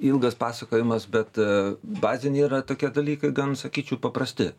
ilgas pasakojimas bet baziniai yra tokie dalykai gan sakyčiau paprasti